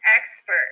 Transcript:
expert